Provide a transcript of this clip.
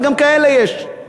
אבל גם כאלה יש.